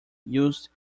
used